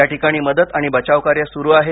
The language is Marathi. या ठिकाणी मदत आणि बचाव कार्य सुरू आहे